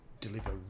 deliver